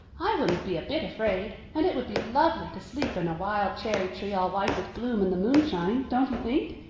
i wouldn't be a bit afraid, and it would be lovely to sleep in a wild cherry-tree all white with bloom in the moonshine, don't you think?